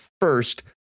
first